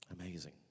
Amazing